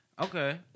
Okay